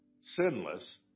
sinless